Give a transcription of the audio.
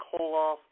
Koloff